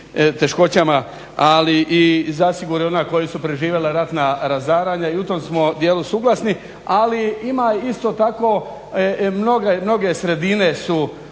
teškoćama ali i zasigurno i ona koja su preživjela ratna razaranja i u tom djelu smo suglasni ali ima isto tako mnoge sredine su